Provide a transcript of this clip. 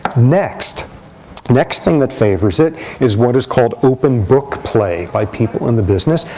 next next thing that favors it is what is called open book play by people in the business,